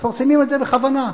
מפרסמים את זה בכוונה.